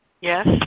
Yes